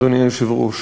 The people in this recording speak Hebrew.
אדוני היושב-ראש,